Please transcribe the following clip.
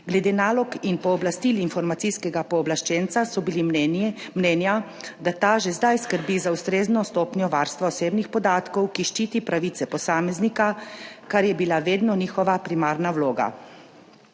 Glede nalog in pooblastil informacijskega pooblaščenca so bili mnenja, da ta že zdaj skrbi za ustrezno stopnjo varstva osebnih podatkov, ki ščiti pravice posameznika, kar je bila vedno njegova primarna vloga,